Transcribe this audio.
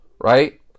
right